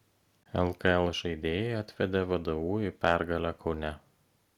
lkl žaidėjai atvedė vdu į pergalę kaune